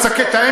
עכשיו